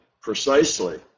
precisely